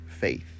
faith